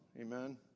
amen